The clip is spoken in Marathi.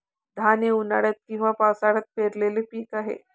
धान हे उन्हाळ्यात किंवा पावसाळ्यात पेरलेले पीक आहे